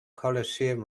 coliseum